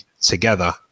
together